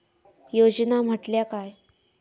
योजना म्हटल्या काय?